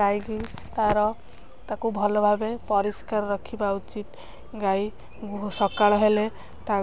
ଗାଈକୁ ତା'ର ତାକୁ ଭଲ ଭାବେ ପରିଷ୍କାର ରଖିବା ଉଚିତ୍ ଗାଈ ସକାଳ ହେଲେ ତା